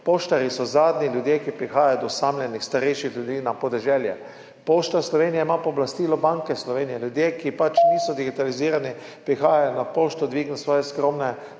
Poštarji so zadnji ljudje, ki prihajajo do osamljenih starejših ljudi na podeželje. Pošta Slovenije ima pooblastilo Banke Slovenije, ljudje, ki pač niso digitalizirani, prihajajo na pošto dvignit svoje skromne